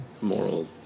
moral